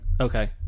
Okay